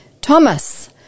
Thomas